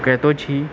करितो छी